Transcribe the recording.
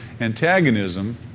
antagonism